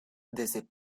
desde